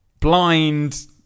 blind